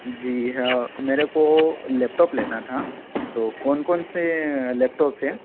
जी हाँ मेरे को लैपटॉप लेना था तो कौन कौन से लैपटॉप्स हैं